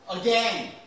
again